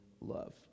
love